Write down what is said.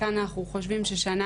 כאן אנחנו חושבים ששנה